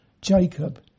Jacob